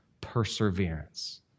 perseverance